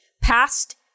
passed